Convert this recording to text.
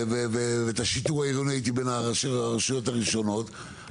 הייתי בין ראשי הרשויות הראשונים עם השיטור העירוני,